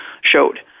showed